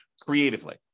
creatively